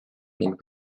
ning